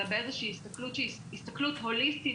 אלא באיזושהי הסתכלות שהיא הסתכלות הוליסטית